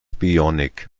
bionik